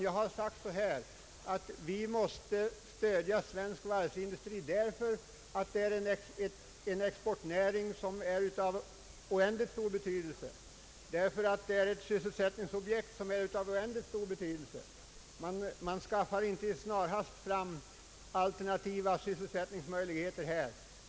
Jag har i stället sagt att vi måste stödja svensk varvsindustri, därför att den är en exportnäring av oundgänglig betydelse, därför att den är ett sysselsättningsobjekt av mycket stort vär de. Man skaffar inte i hast fram alternativa sysselsättningsmöjligheter.